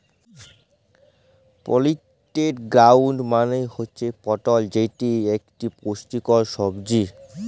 পলিটেড গয়ার্ড মালে হুচ্যে পটল যেটি ইকটি পুষ্টিকর সবজি